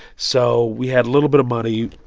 so we had a little bit of money,